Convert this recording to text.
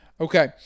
Okay